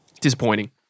disappointing